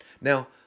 Now